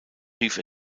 ruft